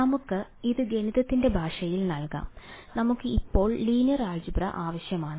നമുക്ക് ഇത് ഗണിതത്തിന്റെ ഭാഷയിൽ നൽകാം നമുക്ക് ഇപ്പോൾ ലീനിയർ ആൾജിബ്ര ആവശ്യമാണ്